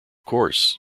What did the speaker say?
course